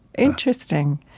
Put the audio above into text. interesting.